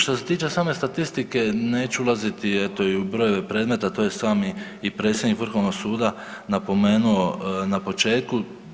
Što se tiče same statistike neću ulaziti eto i u brojeve predmeta to je sami i predsjednik Vrhovnog suda napomenuo na početku.